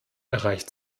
erreicht